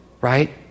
right